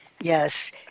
Yes